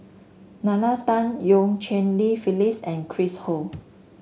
Nalla Tan Eu Cheng Li Phyllis and Chris Ho